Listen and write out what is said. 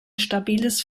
stabiles